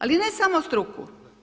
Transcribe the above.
Ali ne samo struku.